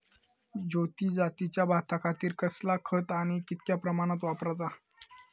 ज्योती जातीच्या भाताखातीर कसला खत आणि ता कितक्या प्रमाणात वापराचा?